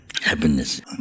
happiness